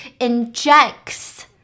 injects